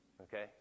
okay